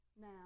Now